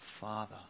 Father